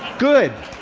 good!